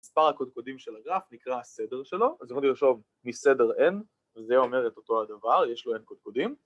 ספר הקודקודים של הגרף נקרא הסדר שלו, אז אם אני רושום מסדר n זה אומר את אותו הדבר, יש לו n קודקודים